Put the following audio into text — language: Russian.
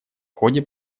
ходе